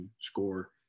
score